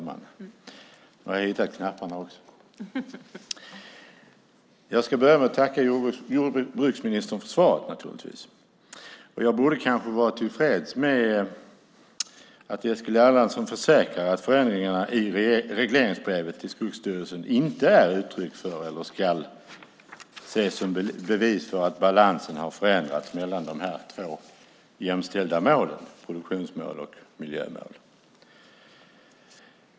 Fru talman! Jag ska börja med att tacka jordbruksministern för svaret. Jag borde kanske vara tillfreds med att Eskil Erlandsson försäkrar att förändringarna i regleringsbrevet till Skogsstyrelsen inte är ett uttryck för eller ska ses som bevis för att balansen har förändrats mellan de två jämställda målen, produktionsmål och miljömål.